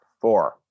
four